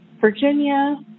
Virginia